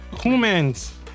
Humans